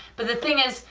but the thing is,